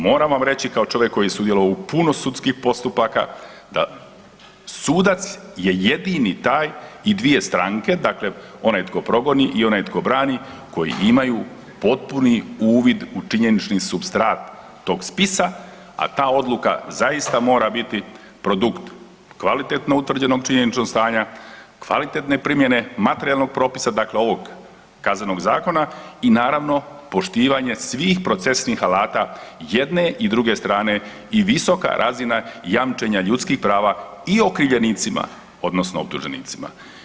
Moram vam reći kao čovjek koji je sudjelovao u puno sudskih postupaka da sudac je jedini taj i dvije stranke, dakle onaj tko progoni i onaj tko brani koji imaju potpuni uvid u činjenični supstrat tog spisa, a ta odluka zaista mora biti produkt kvalitetno utvrđenog činjeničnog stanja, kvalitetne primjene materijalnog propisa, dakle ovog Kaznenog zakona i naravno poštivanje svih procesnih alata jedne i druge strane i visoka razina jamčenja ljudskih prava i okrivljenicima odnosno optuženicima.